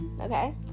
okay